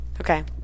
Okay